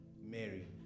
Mary